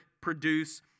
produce